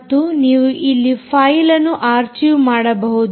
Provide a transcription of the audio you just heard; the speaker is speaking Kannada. ಮತ್ತು ನೀವು ಇಲ್ಲಿ ಫೈಲ್ ಅನ್ನು ಅರ್ಚಿವ್ ಮಾಡಬಹುದು